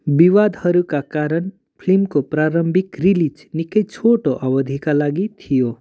विवादहरूका कारण फिल्मको प्रारम्भिक रिलिज निकै छोटो अवधिका लागि थियो